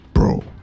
bro